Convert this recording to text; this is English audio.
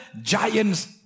giants